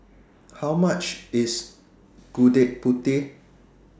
How much IS Gudeg Putih